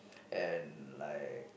and like